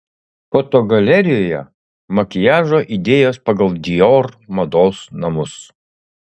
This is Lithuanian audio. fotogalerijoje makiažo idėjos pagal dior mados namus